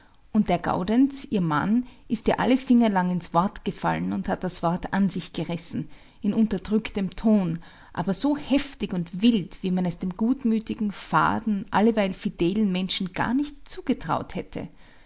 und der gaudenz ihr mann ist ihr alle finger lang ins wort gefallen und hat das wort an sich gerissen in unterdrücktem ton aber so heftig und wild wie man es dem gutmütigen faden alleweil fidelen menschen gar nicht zugetraut hätte